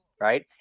right